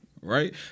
right